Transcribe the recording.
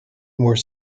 more